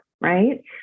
right